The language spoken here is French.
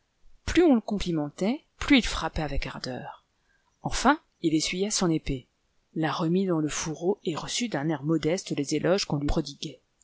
plus on le complimentait plus il frappait avec ardeur enfin il essuya son épée la remit dans le fourreau et reçut d'un air modeste les éloges qu'on lui prodiguait